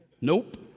Nope